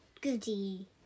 Goody